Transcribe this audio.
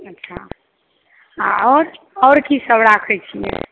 अच्छा आ आओर आओर कीसभ राखैत छियै